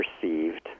perceived